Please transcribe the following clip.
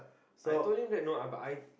I told him that no ah but I